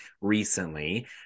recently